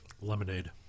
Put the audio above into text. Lemonade